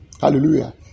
hallelujah